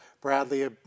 Bradley